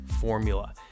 formula